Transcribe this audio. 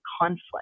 conflict